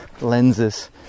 lenses